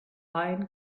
lion